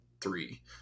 three